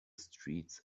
streets